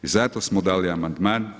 I zato smo dali amandman.